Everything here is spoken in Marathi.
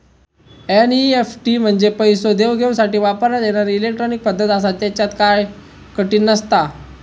एनईएफटी म्हंजे पैसो देवघेवसाठी वापरण्यात येणारी इलेट्रॉनिक पद्धत आसा, त्येच्यात काय कठीण नसता